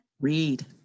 Read